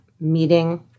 meeting